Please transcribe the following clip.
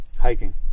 Hiking